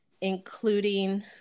including